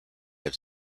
have